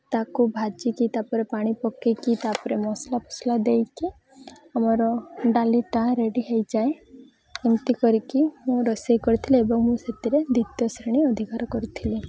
ତାକୁ ଭାଜିକି ତା'ପରେ ପାଣି ପକାଇକି ତା'ପରେ ମସଲା ଫସଲା ଦେଇକି ଆମର ଡାଲିଟା ରେଡ଼ି ହୋଇଯାଏ ଏମିତି କରିକି ମୁଁ ରୋଷେଇ କରିଥିଲି ଏବଂ ମୁଁ ସେଥିରେ ଦ୍ଵିତୀୟ ଶ୍ରେଣୀ ଅଧିକାର କରିଥିଲି